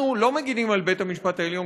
אנחנו לא מגינים על בית-המשפט העליון